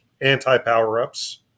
anti-power-ups